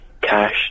cash